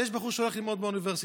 ויש בחור שהולך ללמוד באוניברסיטה,